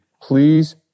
please